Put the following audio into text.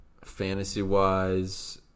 fantasy-wise